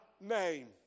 name